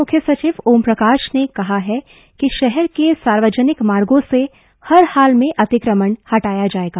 अपर मुख्य सचिव ओमप्रकाश ने कहा है कि शहर के सार्वजनिक मार्गों से हर हाल में अतिक्रमण हटाया जाएगा